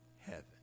heaven